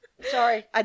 Sorry